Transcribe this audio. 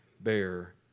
bear